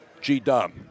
G-Dub